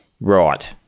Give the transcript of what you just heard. right